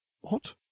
What